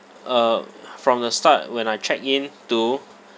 uh from the start when I check in to